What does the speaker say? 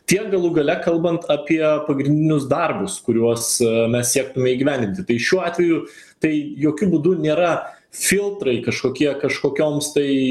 tiek galų gale kalbant apie pagrindinius darbus kuriuos mes siektume įgyvendinti tai šiuo atveju tai jokiu būdu nėra filtrai kažkokie kažkokioms tai